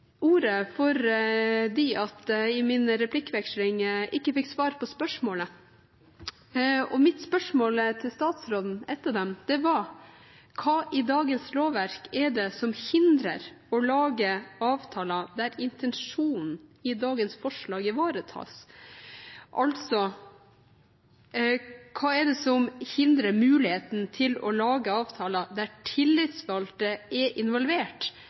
i min replikkveksling med statsråden ikke fikk svar på spørsmålet mitt. Ett av mine spørsmål var: Hva i dagens lovverk er det som hindrer muligheten til å lage avtaler der intensjonen i dagens forslag ivaretas? Altså: Hva er det som hindrer muligheten til å lage avtaler der tillitsvalgte er involvert,